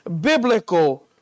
biblical